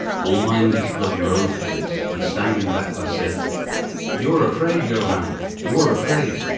all my english blood rose at this, and, standing back, i said you are afraid, johann you are afraid.